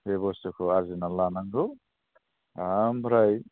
बे बुस्थुखौ आरजिनानै लानांगौ ओमफ्राय